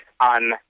on